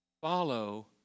Follow